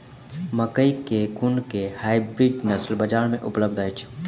मकई केँ कुन केँ हाइब्रिड नस्ल बजार मे उपलब्ध अछि?